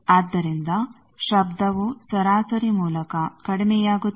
ಆದ್ದರಿಂದ ಶಬ್ಧವು ಸರಾಸರಿ ಮೂಲಕ ಕಡಿಮೆಯಾಗುತ್ತದೆ